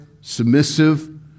submissive